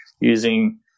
using